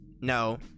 no